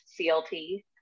CLT